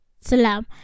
Salam